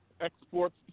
exports